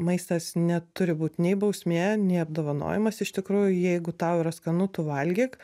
maistas neturi būt nei bausmė nei apdovanojimas iš tikrųjų jeigu tau yra skanu tu valgyk